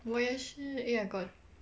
我也是 eh I got